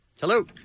Hello